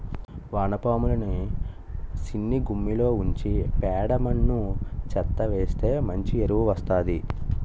వానపాములని సిన్నగుమ్మిలో ఉంచి పేడ మన్ను చెత్తా వేస్తె మంచి ఎరువు వస్తాది